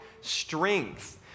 strength